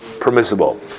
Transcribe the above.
permissible